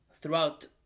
throughout